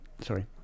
sorry